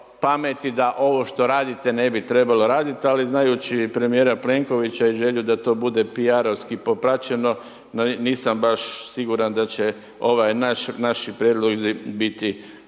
pameti da ovo što radite ne bi trebalo radit, ali znajući premijera Plenkovića i želju da to bude PR-ovski popraćeno, nisam baš siguran da će ovi naši prijedlozi biti